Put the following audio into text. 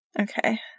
okay